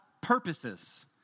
purposes